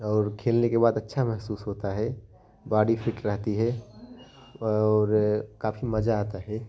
और खेलने के बाद अच्छा महसूस होता है बॉडी फिट रहती है और काफ़ी मज़ा आता है